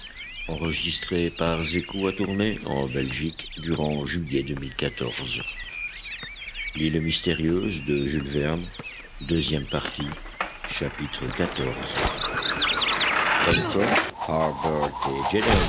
l'île mystérieuse by